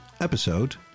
episode